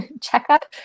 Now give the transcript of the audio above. checkup